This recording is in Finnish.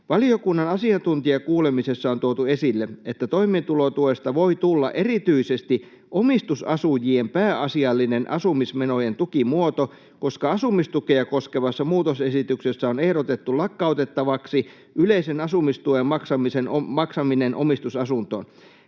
Valiokunnan asiantuntijakuulemisessa on tuotu esille, että toimeentulotuesta voi tulla erityisesti omistusasujien pääasiallinen asumismenojen tukimuoto, koska asumistukea koskevassa muutosesityksessä on ehdotettu lakkautettavaksi yleisen asumistuen maksaminen omistusasuntoon.